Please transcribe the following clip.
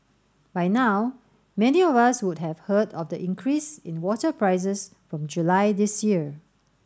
by now many of us would have heard of the increase in water prices from July this year